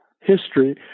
history